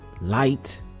light